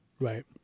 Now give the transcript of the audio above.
Right